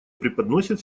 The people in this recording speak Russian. преподносит